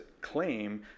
claim